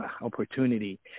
opportunity